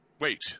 wait